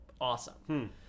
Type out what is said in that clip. awesome